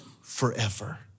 forever